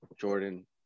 Jordan